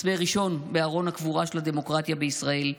מסמר ראשון בארון הקבורה של הדמוקרטיה של ישראל.